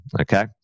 okay